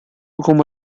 como